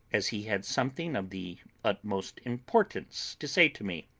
as he had something of the utmost importance to say to me.